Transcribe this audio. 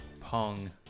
Pong